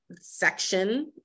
section